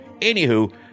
Anywho